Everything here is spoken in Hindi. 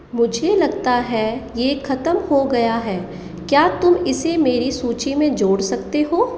मुझे लगता है यह ख़त्म हो गया है क्या तुम इसे मेरी सूची में जोड़ सकते हो